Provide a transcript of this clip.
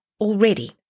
already